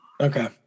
Okay